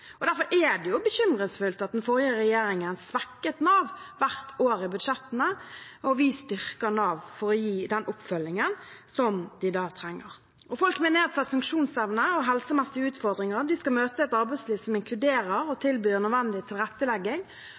Derfor er det bekymringsfullt at den forrige regjeringen svekket Nav hvert år i budsjettene. Vi styrker Nav for å gi den oppfølgingen som de trenger. Folk med nedsatt funksjonsevne og helsemessige utfordringer skal møte et arbeidsliv som inkluderer og tilbyr nødvendig tilrettelegging.